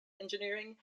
engineering